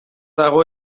dago